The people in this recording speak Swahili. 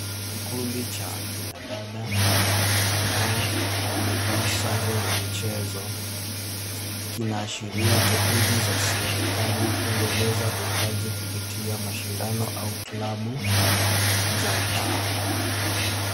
Kikundi cha kina dada ambao wamevaa sare za mchezo. Kina ashiria juhudi za serikali kuendeleza vipaji kupitia mashindano au klabu za mtaa.